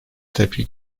tepki